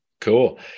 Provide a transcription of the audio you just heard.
cool